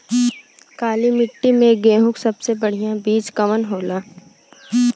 काली मिट्टी में गेहूँक सबसे बढ़िया बीज कवन होला?